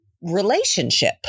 relationship